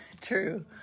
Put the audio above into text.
True